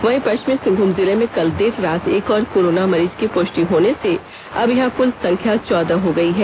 वहीं पश्चिमी सिंहमूम जिले में कल देर रात एक और कोरोना मरीज की पुष्टि होने से अब यहां कल संख्या चौदह हो गई है